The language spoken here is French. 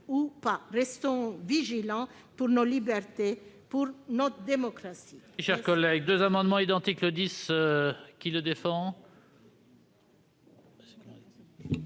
l'avenir. Restons vigilants, pour nos libertés et pour notre démocratie